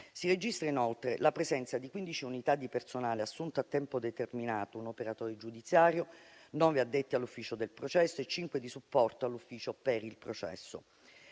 Si registra, inoltre, la presenza di 15 unità di personale assunto a tempo determinato: un operatore giudiziario, nove addetti all'ufficio per il processo e cinque di supporto all'ufficio per il processo.